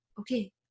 okay